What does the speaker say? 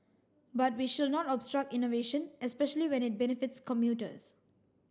but we should not obstruct innovation especially when it benefits commuters